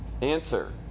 Answer